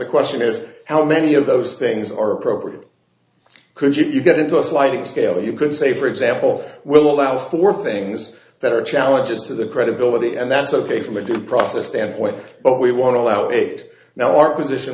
the question is how many of those things are appropriate could you get into a sliding scale you could say for example will allow for things that are challenges to their credibility and that's ok from a due process standpoint but we want to allow it now our position